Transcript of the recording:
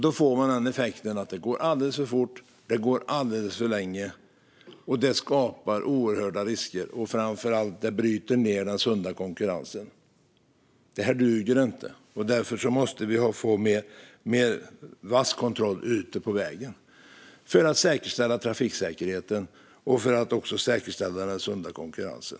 Då blir effekten att det går alldeles för fort, och förarna kör alldeles för länge. Detta skapar oerhört stora risker, och framför allt bryter det ned den sunda konkurrensen. Detta duger inte. Därför måste det bli en mer vass kontroll ute på vägarna för att säkerställa trafiksäkerheten och för att säkerställa den sunda konkurrensen.